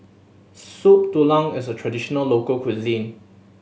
Soup Tulang is a traditional local cuisine